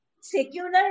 secular